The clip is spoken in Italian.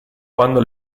quando